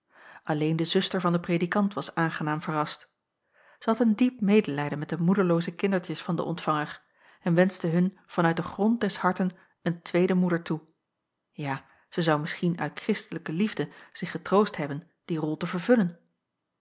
alleen de zuster van den predikant was aangenaam verrast zij had een diep medelijden met de moederlooze kindertjes van den ontvanger en wenschte hun van uit den grond des harten een tweede moeder toe ja zij zou misschien uit kristelijke liefde zich getroost hebben die rol te vervullen